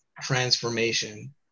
transformation